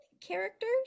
characters